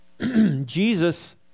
Jesus